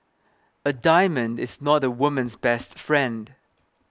a diamond is not a woman's best friend